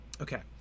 Okay